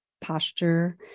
posture